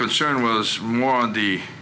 concern was more in the